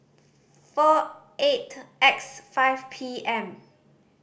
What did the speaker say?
four eight X five P M